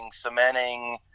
cementing